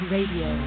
Radio